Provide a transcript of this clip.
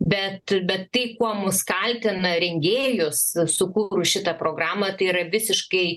bet bet tai kuo mus kaltina rengėjus sukūrus šitą programą tai yra visiškai